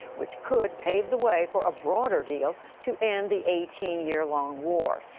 which could pave the way for a broader deal to end the eighteen year long war.